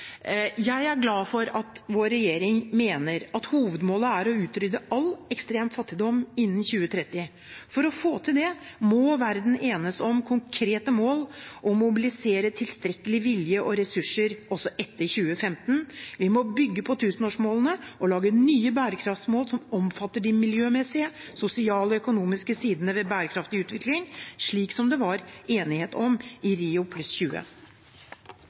at vår regjering mener at hovedmålet er å utrydde all ekstrem fattigdom innen 2030. For å få til det må verden enes om konkrete mål og mobilisere tilstrekkelig vilje og ressurser også etter 2015. Vi må bygge på tusenårsmålene og lage nye bærekraftmål som omfatter de miljømessige, sosiale og økonomiske sidene ved bærekraftig utvikling, slik som det var enighet om i